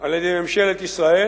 על-ידי ממשלת ישראל,